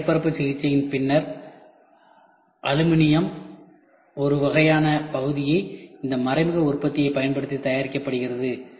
இதன் மேற்பரப்பு சிகிச்சையின் பின்னர் அலுமினியம் ஒரு வகையான பகுதியை இந்த மறைமுக உற்பத்தியைப் பயன்படுத்தி தயாரிக்கப்படுகிறது